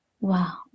Wow